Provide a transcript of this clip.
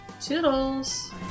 Toodles